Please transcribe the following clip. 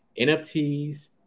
NFTs